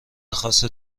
خاص